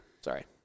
Sorry